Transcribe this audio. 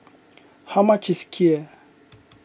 how much is Kheer